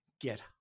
get